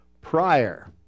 Prior